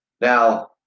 Now